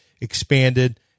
expanded